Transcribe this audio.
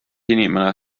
inimene